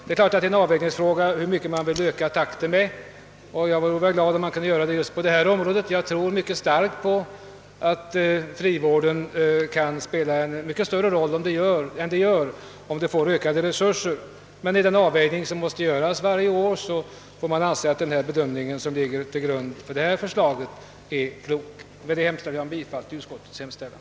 Det är givetvis en avvägningsfråga hur mycket man vill öka takten, och jag vore glad om den kunde ökas ytterligare just på det här området; jag tror bestämt att frivården kan spela en mycket större roll än nu om den får ökade resurser. Men med tanke på den avvägning som måste göras varje år är det säkerligen en klok bedömning som ligger till grund för det föreliggande förslaget. Med dessa ord ber jag att få yrka bifall till utskottets hemställan.